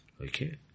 Okay